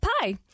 pie